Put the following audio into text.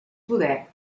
poder